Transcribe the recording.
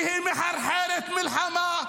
כי היא מחרחרת מלחמה,